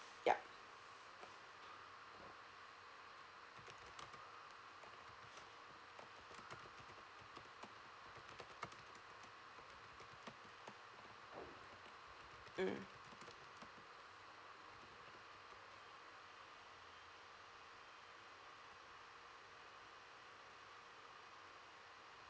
yup mm